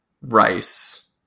Rice